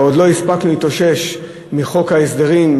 עוד לא הספקנו להתאושש מחוק ההסדרים,